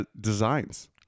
designs